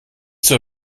zur